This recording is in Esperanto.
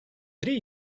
tri